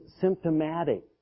symptomatic